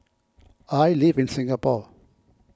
I live in Singapore